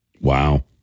Wow